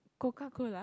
Coca-Cola